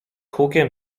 hukiem